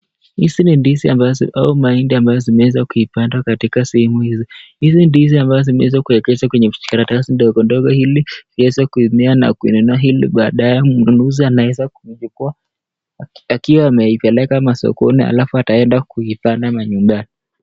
Hizi ni ndizi au mahindi ambazo zimeweza kupandwa katika sehemu hizi, hizi ndizi ambazo zimeweza kuekezwa kwenye vijikaratasi ndogo ndogo ili iweze kumea na kuinunua ili baadaye mnunuzi anaweza kuchukua akiwa amepeleka masokoni halafu ataenda kuipanda manyumbani.